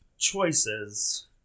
choices